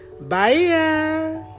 Bye